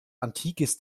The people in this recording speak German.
antikes